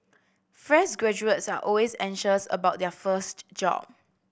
fresh graduates are always anxious about their first job